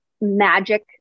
magic